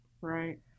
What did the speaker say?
Right